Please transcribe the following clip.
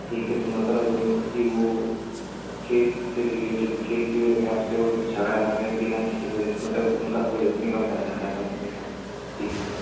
ठीक है तो मतलब कि वह खेत से रिलेटेड खेत की वजह से आपसे वह झगड़ा कर रहें बिना किसी वजह से मतब उनका कोई हक़ नहीं बनता झगड़ा करने का ठीक है